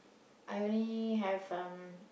I only have um